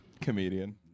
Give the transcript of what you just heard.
comedian